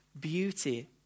beauty